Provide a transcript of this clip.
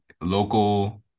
local